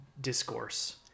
discourse